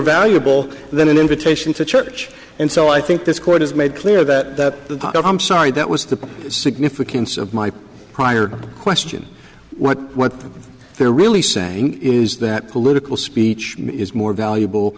valuable than an invitation to church and so i think this court has made clear that the part of i'm sorry that was the significance of my prior question what what they're really saying is that political speech is more